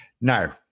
Now